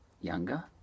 younger